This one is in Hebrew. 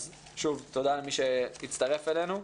אז, שוב, תודה למי שהצטרף אלינו.